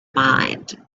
mind